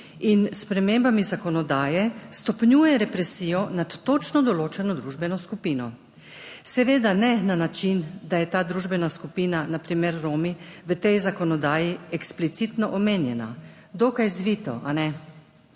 in s spremembami zakonodaje stopnjuje represijo nad točno določeno družbeno skupino, seveda ne na način, da je ta družbena skupina, na primer Romi, v tej zakonodaji eksplicitno omenjena. Dokaj zvito, kajne?